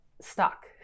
stuck